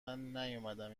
نیومدم